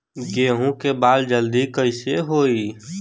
गेहूँ के बाल जल्दी कईसे होई?